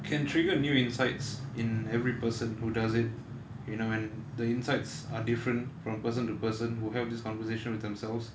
can trigger new insights in every person who does it you know when the insides are different from person to person who have this conversation with themselves